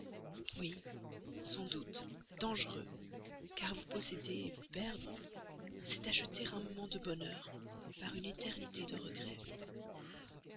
oui sans doute dangereux car vous posséder vous perdre c'est acheter un moment de bonheur par une éternité de regrets